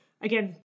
again